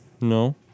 No